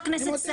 הם עושים את זה,